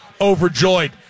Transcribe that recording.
overjoyed